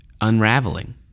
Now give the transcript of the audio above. unraveling